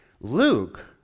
Luke